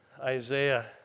Isaiah